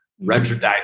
registered